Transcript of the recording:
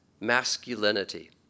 masculinity